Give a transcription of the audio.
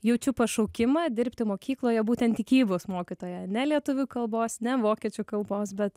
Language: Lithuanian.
jaučiu pašaukimą dirbti mokykloje būtent tikybos mokytoja ne lietuvių kalbos ne vokiečių kalbos bet